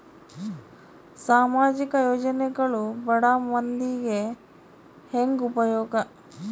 ಸಾಮಾಜಿಕ ಯೋಜನೆಗಳು ಬಡ ಮಂದಿಗೆ ಹೆಂಗ್ ಉಪಯೋಗ?